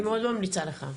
אני ממליצה לך.